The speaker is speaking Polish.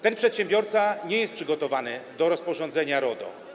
Ten przedsiębiorca nie jest przygotowany do rozporządzenia RODO.